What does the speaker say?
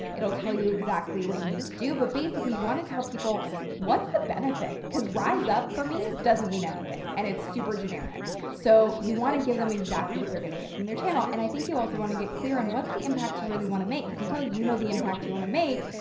it'll tell you exactly what you need to do, but basically you want to tell people what's the benefit, because rise up for me doesn't mean anything and it's super generic. so you want to give them exactly what they're going to get from your channel. and i think you also want to get clear on what's the impact you really want to make, because until you know the impact you want to make,